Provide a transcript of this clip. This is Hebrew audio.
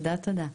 תודה תודה.